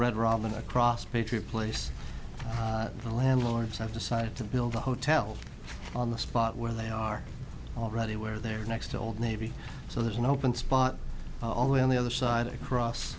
red robin across patriot place the landlords have decided to build a hotel on the spot where they are already where their next old navy so there's an open spot only on the other side across